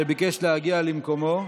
שביקש להגיע למקומו.